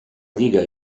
lliga